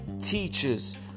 ...teachers